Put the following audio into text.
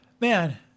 Man